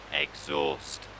exhaust